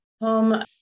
home